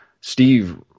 Steve